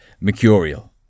mercurial